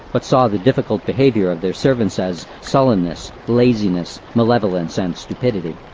but saw the difficult behaviour of their servants as sullenness, laziness, malevolence and stupidity.